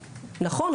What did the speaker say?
נכון,